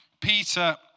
Peter